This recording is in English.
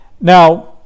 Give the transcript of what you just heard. Now